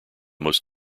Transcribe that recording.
most